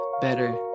better